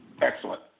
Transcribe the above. Excellent